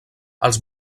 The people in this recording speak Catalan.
els